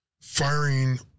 firing